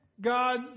God